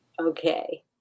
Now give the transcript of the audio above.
Okay